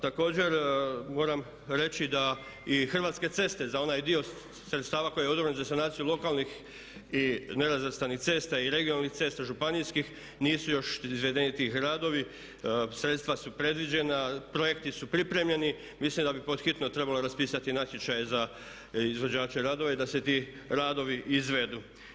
Također moram reći i da Hrvatske ceste za onaj dio sredstava koji je odobren za sanaciju lokalnih i nerazvrstanih cesta i regionalnih cesta županijskih nisu još izvedeni ti radovi, sredstva su predviđena, projekti su pripremljeni, mislim da bi pod hitno trebalo raspisati natječaje za izvođače radova i da se ti radovi izvedu.